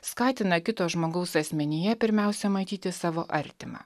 skatina kito žmogaus asmenyje pirmiausia matyti savo artimą